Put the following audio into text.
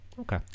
Okay